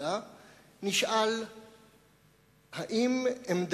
אם אנחנו רוצים פתרון ארוך טווח,